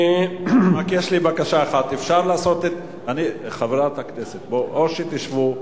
יש לי בקשה: חברי הכנסת, שבו.